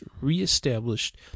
re-established